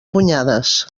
punyades